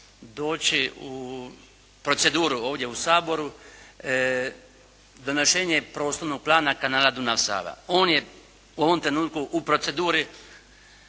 doći u proceduru ovdje u Saboru donošenje prostornog plana kanala Dunav-Sava. On je u ovom trenutku u proceduri